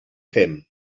fem